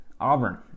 Auburn